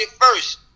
first